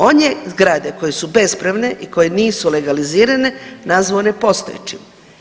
On je zgrade koje su bespravne i koje nisu legalizirane nazvao nepostojećim.